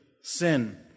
sin